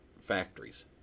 factories